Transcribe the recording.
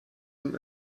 zum